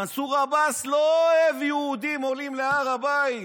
מנסור עבאס לא אוהב יהודים עולים להר הבית.